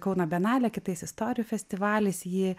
kauno bienalė kitais istorijų festivalis jį